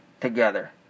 together